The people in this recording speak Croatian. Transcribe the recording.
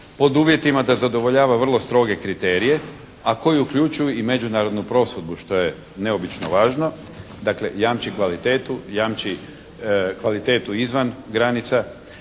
pod uvjetima da zadovoljava vrlo stroge kriterije a koji uključuju i međunarodnu prosudbu što je neobično važno. Dakle jamči kvalitetu, jamči kvalitetu izvan granica,